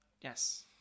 Yes